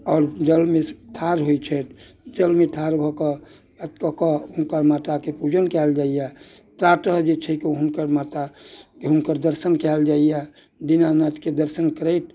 आओर जलमे ठाढ़ होइत छथि जलमे ठाढ़ भऽ कऽ कऽ कऽ हुनकर माताके पूजन कयल जाइया प्रातः जे छै हुनकर माताके हुनकर दर्शन कयल जाइया दिनानाथके दर्शन करैत